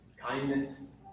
kindness